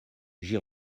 j’y